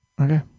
Okay